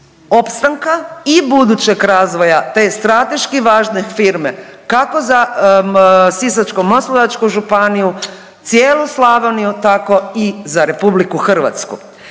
i budućeg razvoja te strateški važne firme kako za Sisačko-moslavačku županiju, cijelu Slavoniju tako i za Republiku Hrvatsku.